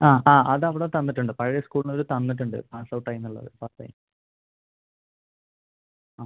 ആ ആ അത് അവിട തന്നിട്ടുണ്ട് പഴയ സ്കൂളിൽ നിന്ന് അത് തന്നിട്ടുണ്ട് പാസ് ആയീന്ന് ഉള്ളത് പാസ് ആയി ആ